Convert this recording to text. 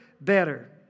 better